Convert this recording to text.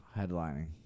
Headlining